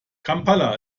kampala